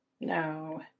No